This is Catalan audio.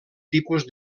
tipus